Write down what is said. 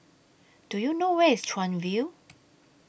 Do YOU know Where IS Chuan View